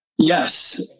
Yes